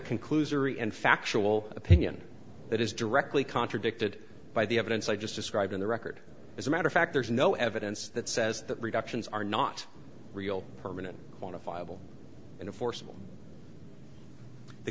conclusive and factual opinion that is directly contradicted by the evidence i just described in the record as a matter of fact there's no evidence that says that reductions are not real permanent on a viable in a forcible the